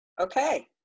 Okay